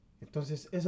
Entonces